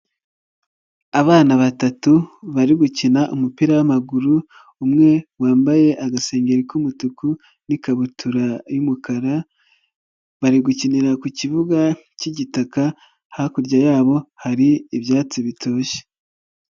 Abana batatu bari gukina umupira w'amaguru, umwe wambaye agasengeri k'umutuku n'ikabutura y'umukara, bari gukinira ku kibuga k'igitaka, hakurya yabo hari ibyatsi bitoshye.